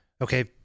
okay